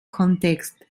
kontext